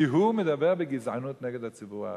כי הוא מדבר בגזענות נגד הציבור הערבי.